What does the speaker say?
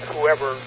Whoever